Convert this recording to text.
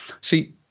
see